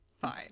Fine